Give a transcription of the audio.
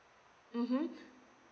mmhmm